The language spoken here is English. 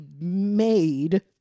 made